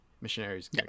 Missionaries